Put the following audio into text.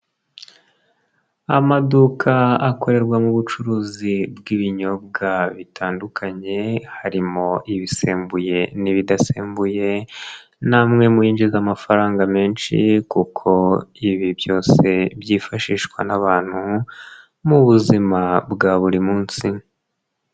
Amaduka akorerwamo ubucuruzi bw'ibinyobwa bitandukanye, harimo ibisembuye n'ibidasembuye, ni amwe muyinjiza amafaranga menshi kuko ibi byose byifashishwa n'abantu, mu buzima bwa buri munsi.